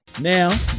Now